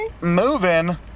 Moving